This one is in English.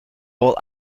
old